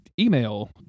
email